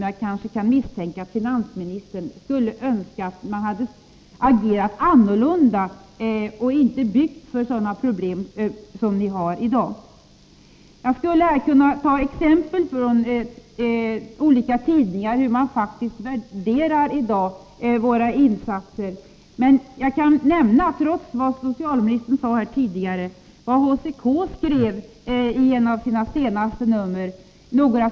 Jag misstänker emellertid att finansministern önskade att man hade agerat annorlunda och inte skapat sådana problem som ni har i dag. Jag skulle med exempel från olika tidningar kunna visa hur man värderar våra insatser. Trots socialministerns uttalande tidigare i dag skall jag nämna vad HCK skrev i ett av de senaste tidskriftsnumren.